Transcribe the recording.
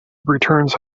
returns